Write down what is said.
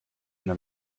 into